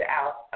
out